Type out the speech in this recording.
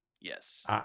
Yes